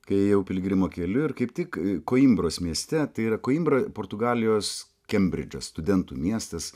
kai ėjau piligrimo keliu ir kaip tik koimbros mieste tai yra koimbra portugalijos kembridžas studentų miestas